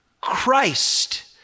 Christ